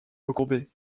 recourbés